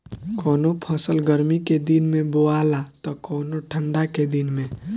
कवनो फसल गर्मी के दिन में बोआला त कवनो ठंडा के दिन में